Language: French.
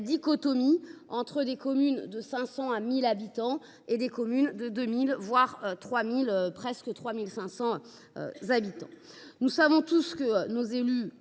dichotomie entre les communes comptant de 500 à 1 000 habitants et les communes de 2 000, 3 000, voire quasiment 3 500 habitants. Nous savons tous que les élus